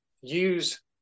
use